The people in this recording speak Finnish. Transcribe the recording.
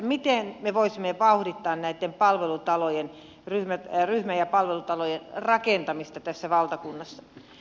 miten me voisimme vauhdittaa näitten ryhmä ja palvelutalojen rakentamista tässä valtakunnassa